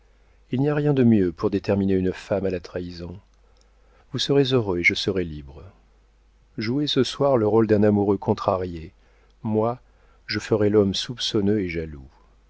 il n'y a rien de mieux pour déterminer une femme à la trahison vous serez heureux et je serai libre jouez ce soir le rôle d'un amoureux contrarié moi je ferai l'homme soupçonneux et jaloux